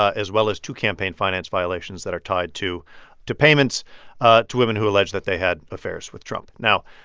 ah as well as two campaign finance violations that are tied to payments ah to women who allege that they had affairs with trump. now,